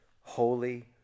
holy